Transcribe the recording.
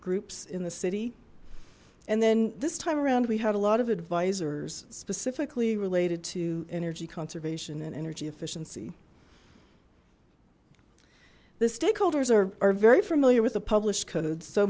groups in the city and then this time around we had a lot of advisers specifically related to energy conservation and energy efficiency the stakeholders are very familiar with the published codes so